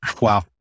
Wow